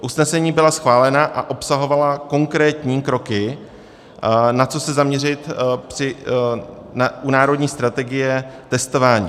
Usnesení byla schválena a obsahovala konkrétní kroky, na co se zaměřit u národní strategie testování.